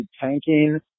tanking